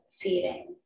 feeding